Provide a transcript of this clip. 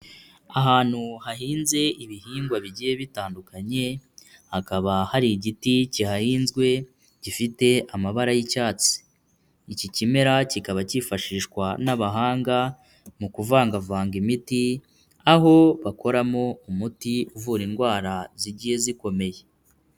Ahantu hahinze ibihingwa bigiye bitandukanye, hakaba hari igiti kihahinzwe gifite amabara y'icyatsi, iki kimera kikaba cyifashishwa n'abahanga mu kuvangavanga imiti aho bakoramo umuti uvura indwara zigiye zikomeye.